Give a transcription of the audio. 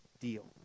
deal